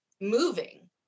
moving